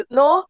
no